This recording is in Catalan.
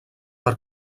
per